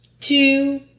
two